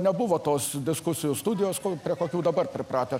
nebuvo tos diskusijų studijos kur prie kokių dabar pripratę